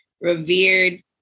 revered